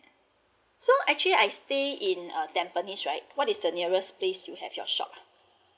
so actually I stay in uh tampines right where is the nearest place you have your shop ah